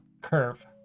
Curve